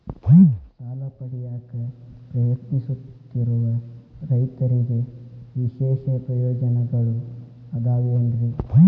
ಸಾಲ ಪಡೆಯಾಕ್ ಪ್ರಯತ್ನಿಸುತ್ತಿರುವ ರೈತರಿಗೆ ವಿಶೇಷ ಪ್ರಯೋಜನಗಳು ಅದಾವೇನ್ರಿ?